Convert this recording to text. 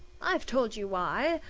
i've told you why!